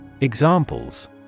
Examples